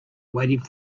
waiting